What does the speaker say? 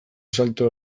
salto